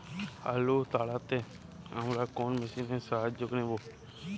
আলু তাড়তে আমরা কোন মেশিনের সাহায্য নেব?